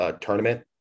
tournament